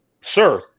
sir